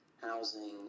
housing